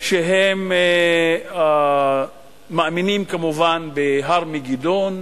שהם מאמינים כמובן בארמגדון,